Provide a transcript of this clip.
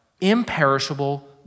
imperishable